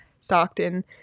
Stockton